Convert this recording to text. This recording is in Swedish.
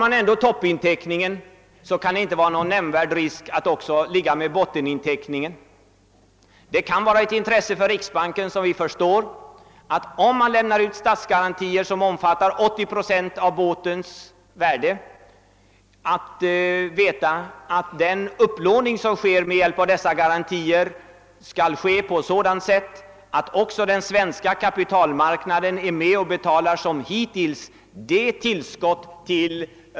Har man toppinteckningen kan det inte vara någon nämnvärd risk att ha botteninteckningen. Vi förstår att det kan vara ett intresse för riksbanken att, om statsgarantier lämnas på upp till 80 procent av fartygets värde, den upplåning som sker på grundval av dessa garantier också skall företas på ett sådant sätt att även den svenska kapitalmarknaden som hittills får delta.